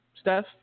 Steph